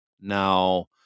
Now